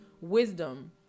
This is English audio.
wisdom